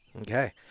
Okay